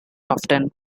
often